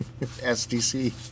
SDC